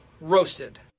Roasted